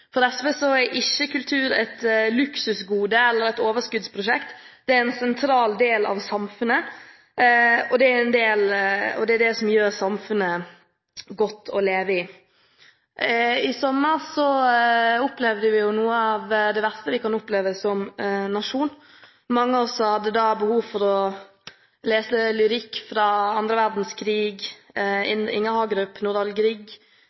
For SV er ikke kultur et luksusgode eller et overskuddsprosjekt. Det er en sentral del av samfunnet, og det som gjør samfunnet godt å leve i. I sommer opplevde vi noe av det verste vi kan oppleve som nasjon. Mange av oss hadde da behov for å lese lyrikk fra annen verdenskrig – Inger Hagerup, Nordahl Grieg